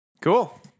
Cool